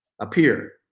appear